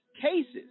cases